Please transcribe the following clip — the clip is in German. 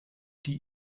die